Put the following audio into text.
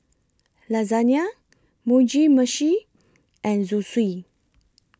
Lasagna Mugi Meshi and Zosui